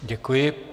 Děkuji.